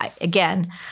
again